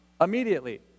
immediately